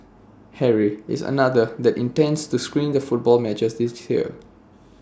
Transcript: Harry is another that intends to screen the football matches this year